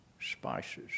spices